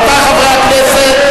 רבותי חברי הכנסת,